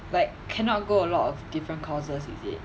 like cannot go a lot of different courses is it